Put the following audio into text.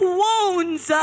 wounds